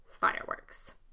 fireworks